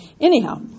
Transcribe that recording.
Anyhow